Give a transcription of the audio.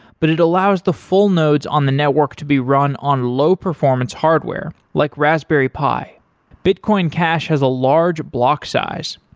but it allows the full nodes on the network to be run on low-performance hardware, like raspberry pi bitcoin cash has a large block size.